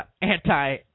anti-